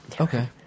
Okay